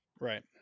Right